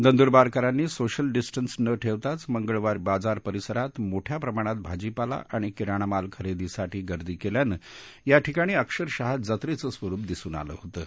नंदुरबारकरांनी social distance न ठेवताच मंगळबाजार परिसरात मोठ्या प्रमाणात भाजीपाला आणि किराणामाल खरेदीसाठी गर्दी केल्यानं या ठिकाणी अक्षरशः जत्रेचे स्वरुप दिसुन आल होतं